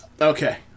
Okay